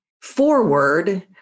forward